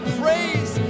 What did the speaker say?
praise